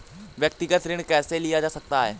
व्यक्तिगत ऋण कैसे लिया जा सकता है?